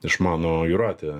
išmano jūratė